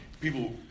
people